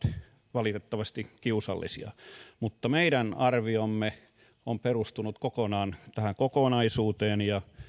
valitettavasti kiusallisia mutta meidän arviomme on perustunut kokonaan tähän kokonaisuuteen ja